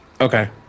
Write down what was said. okay